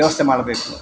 ವ್ಯವಸ್ಥೆ ಮಾಡಬೇಕು